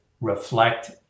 reflect